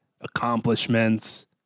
accomplishments